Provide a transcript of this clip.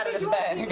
his bed.